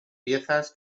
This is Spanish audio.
piezas